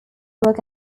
work